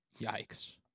Yikes